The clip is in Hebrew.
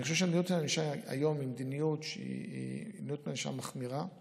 אני חושב שמדיניות הענישה היום היא מדיניות ענישה מחמירה.